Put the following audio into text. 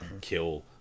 kill